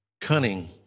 cunning